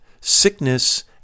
sickness